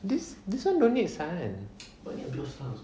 this this one don't need sun and when you have your stuff